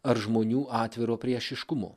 ar žmonių atviro priešiškumo